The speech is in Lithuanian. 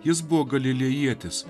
jis buvo galilėjietis